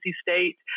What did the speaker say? State